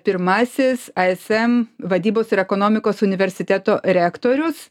pirmasis ism vadybos ir ekonomikos universiteto rektorius